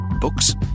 Books